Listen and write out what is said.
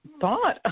thought